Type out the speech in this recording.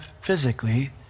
physically